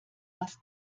was